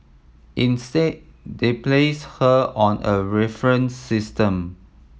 instead they placed her on a reference system